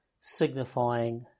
signifying